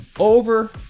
Over